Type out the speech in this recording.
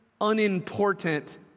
unimportant